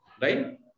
right